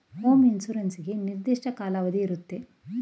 home insurance ಗೆ ನಿರ್ದಿಷ್ಟ ಕಾಲಾವಧಿ ಇರುತ್ತೆ